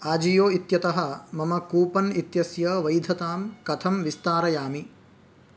आजियो इत्यतः मम कूपन् इत्यस्य वैधतां कथं विस्तारयामि